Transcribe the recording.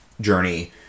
journey